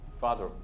Father